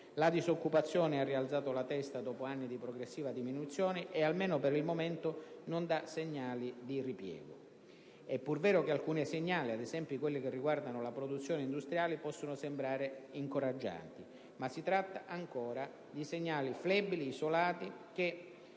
La disoccupazione ha rialzato la testa dopo anni di progressiva diminuzione e, almeno per il momento, non dà segnali di ripiego. È pur vero che alcuni segnali, ad esempio quelli riguardanti la produzione industriale, possono sembrare incoraggianti. Ma si tratta ancora di segnali flebili, isolati, che